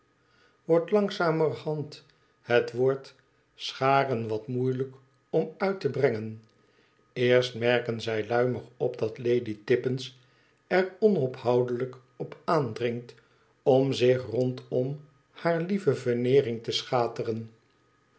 wordt langzamerhand het woord scharen wat moeilijk om uit te brengen eerst merken zij luimig op dat lady tippins er onophoudelijk op aandringt om zich rondom haar lieven veneering te schateren